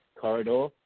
Corridor